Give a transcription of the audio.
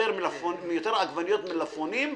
יותר עגבניות ממלפפונים,